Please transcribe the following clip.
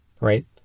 Right